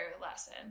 lesson